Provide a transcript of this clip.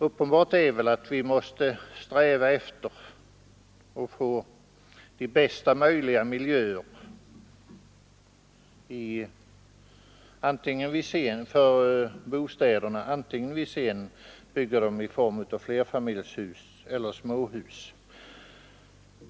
Uppenbart är väl att vi måste sträva efter att få så bra miljöer som möjligt vare sig vi bygger flerfamiljshus eller småhus.